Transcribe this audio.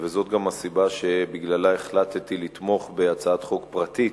וזאת גם הסיבה להחלטתי לתמוך בהצעת חוק פרטית